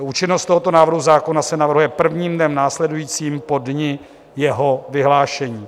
Účinnost tohoto návrhu zákona se navrhuje prvním dnem následujícím po dni jeho vyhlášení.